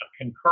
concur